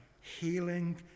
healing